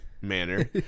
manner